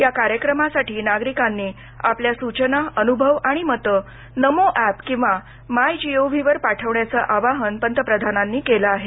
या कार्यक्रमासाठी नागरिकांनी आपल्या सूचना अनुभव आणि मतं नमो ऍप किंवा माय जी ओ व्ही वर पाठवण्याचं आवाहन पंतप्रधानांनी केलं आहे